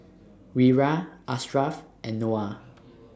Wira Ashraf and Noah